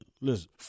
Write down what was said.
listen